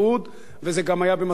והם לא עומדים מאחוריו.